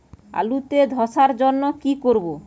আলুতে ধসার জন্য কি করব?